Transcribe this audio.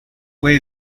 fue